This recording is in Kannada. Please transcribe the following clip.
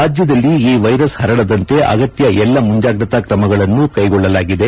ರಾಜ್ಯದಲ್ಲಿ ಈ ವೈರಸ್ ಪರಡದಂತೆ ಅಗತ್ಯ ಎಲ್ಲಾ ಮುಂಜಾಗೃತಾ ಕ್ರಮಗಳನ್ನು ಕೈಗೊಳ್ಳಲಾಗಿದೆ